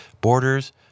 borders